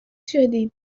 شدین